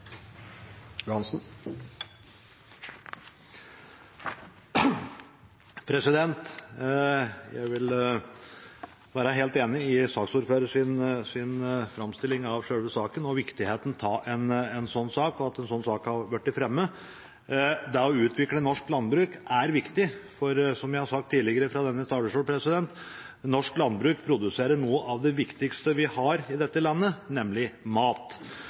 Jeg vil være helt enig i saksordførerens framstilling av selve saken, viktigheten av en sånn sak, og at en sånn sak har blitt fremmet. Å utvikle norsk landbruk er viktig, for, som jeg har sagt tidligere fra denne talerstolen: Norsk landbruk produserer noe av det viktigste vi har i dette landet, nemlig mat.